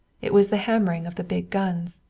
it was the hammering of the big guns.